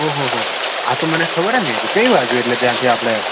ઓ હો હો હો આ તો મને ખબર જ નહીં હતી કઈ બાજુ એટલે ત્યાંથી આપણે